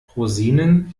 rosinen